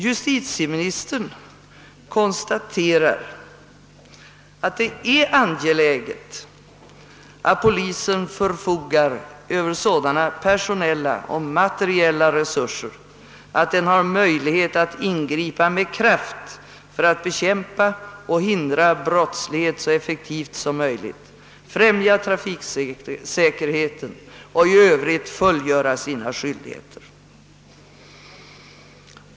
Justitieministern konstaterar att det är angeläget, att polisen förfogar över sådana personella och materiella resurser, att den kan ingripa med kraft för att bekämpa och hindra brottslighet så effektivt som möjligt, främja trafiksäkerheten och i övrigt fullgöra sina skyldigheter.